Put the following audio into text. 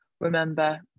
remember